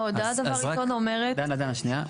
ההודעה, דבר ראשון, אומרת --- דנה, דנה, שנייה.